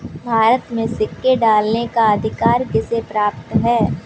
भारत में सिक्के ढालने का अधिकार किसे प्राप्त है?